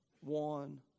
one